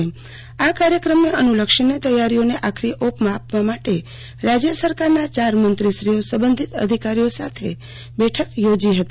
પ્રધાનમંત્રી શ્રી ના કાર્યક્રમને અનુલક્ષીને તૈયારીઓને આખરી ઓપ આપવા માટે રાજ્ય સરકારના ચાર મંત્રીશ્રીઓ સંબંધિત અધિકારીઓ સાથે બેઠક યોજી હતી